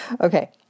Okay